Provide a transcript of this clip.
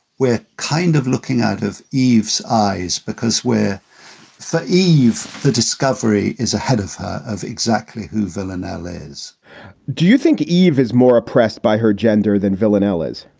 we're kind of looking out of eve's eyes because we're so eav. the discovery is ahead of her of exactly who villanelle is do you think eve is more oppressed by her gender than villanelle is?